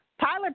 Tyler